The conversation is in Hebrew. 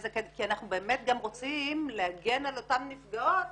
כי אנחנו רוצים להגן על אותן נפגעות